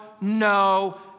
no